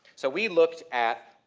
so we looked at,